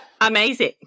amazing